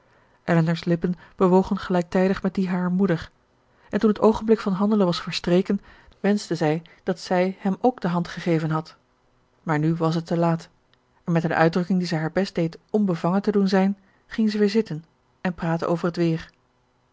elinor's lippen bewogen gelijktijdig met die harer moeder en toen het ogenblik van handelen was verstreken wenschte zij dat zij hem ook de hand gegeven had maar nu was het te laat en met een uitdrukking die zij haar best deed onbevangen te doen zijn ging zij weer zitten en praatte over het weer